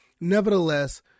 nevertheless